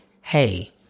hey